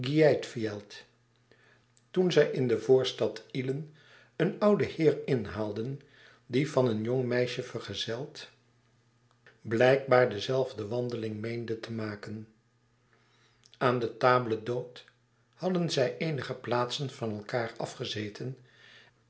gjeitfjeld toen zij in de voorstad ihlen een ouden heer inhaalden die van een jong meisje vergezeld blijkbaar dezelfde wandeling meende te maken aan de table dhôte hadden zij eenige plaatsen van elkaâr afgezeten